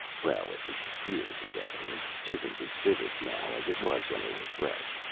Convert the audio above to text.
well, it was years ago, and tisn't as vivid now as it was when they were fresh.